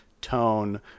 tone